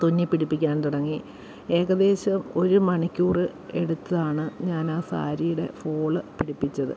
തുന്നി പിടിപ്പിക്കാൻ തുടങ്ങി ഏകദേശം ഒരു മണിക്കൂർ എടുത്താണ് ഞാൻ ആ സാരിയുടെ ഫോള് പിടിപ്പിച്ചത്